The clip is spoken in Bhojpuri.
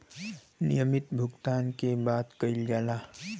नियमित भुगतान के बात कइल जाला